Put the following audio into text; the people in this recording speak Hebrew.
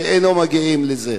כשהם לא מגיעים לזה.